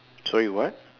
sorry what